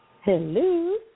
Hello